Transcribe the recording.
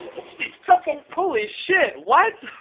it's broken. holy shit, what?